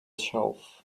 shelf